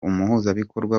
umuhuzabikorwa